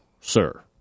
sir